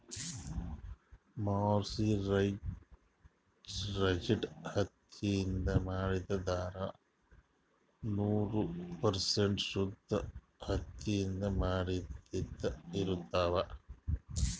mercerized ಹತ್ತಿಲಿಂತ್ ಮಾಡಿದ್ದ್ ಧಾರಾ ನೂರ್ ಪರ್ಸೆಂಟ್ ಶುದ್ದ್ ಹತ್ತಿಲಿಂತ್ ಮಾಡಿದ್ದ್ ಇರ್ತಾವ್